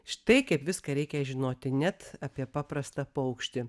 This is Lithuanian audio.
štai kaip viską reikia žinoti net apie paprastą paukštį